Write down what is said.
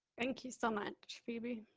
thank you so much, phoebe.